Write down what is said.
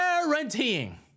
guaranteeing